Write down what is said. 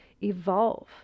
evolve